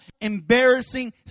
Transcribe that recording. embarrassing